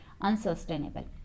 unsustainable